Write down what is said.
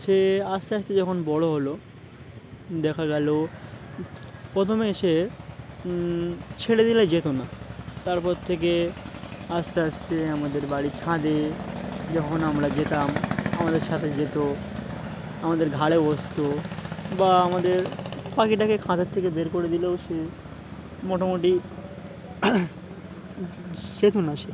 সে আস্তে আস্তে যখন বড়ো হলো দেখা গেল প্রথমে সে ছেড়ে দিলে যেত না তারপর থেকে আস্তে আস্তে আমাদের বাড়ির ছাঁদে যখন আমরা যেতাম আমাদের সাথে যেত আমাদের ঘাড়ে বসত বা আমাদের পাখিটাকে খাঁচার থেকে বের করে দিলেও সে মোটামুটি যেত না সে